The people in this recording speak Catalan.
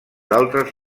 altres